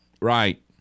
Right